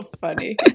funny